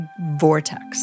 vortex